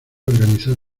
organizar